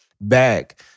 back